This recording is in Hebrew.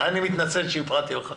אני מתנצל שהפרעתי לך.